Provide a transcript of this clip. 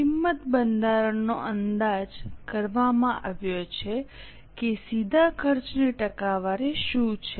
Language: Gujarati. કિંમત બંધારણનો અંદાજ કરવામાં આવ્યો છે કે સીધા ખર્ચની ટકાવારી શું છે